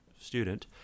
student